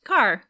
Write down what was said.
Car